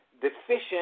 deficient